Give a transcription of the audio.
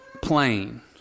plain